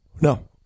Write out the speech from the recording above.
No